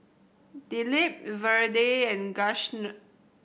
Dilip Vedre and